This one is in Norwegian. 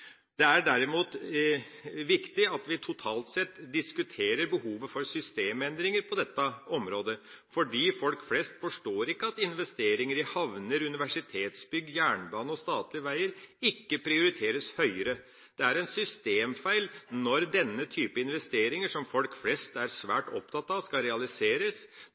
Det er derimot viktig at vi totalt sett diskuterer behovet for systemendringer på dette området, fordi folk flest forstår ikke at investeringer i havner, universitetsbygg, jernbane og statlige veger ikke prioriteres høyere. Det er en systemfeil når denne type investeringer, som folk flest er svært opptatt av skal realiseres,